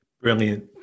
brilliant